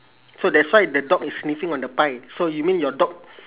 so that's why the dog is sniffing on the pie so you mean your dog